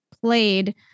played